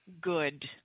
good